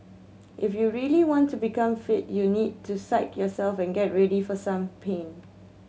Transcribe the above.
if you really want to become fit you need to psyche yourself and get ready for some pain